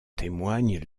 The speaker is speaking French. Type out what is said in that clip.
témoignent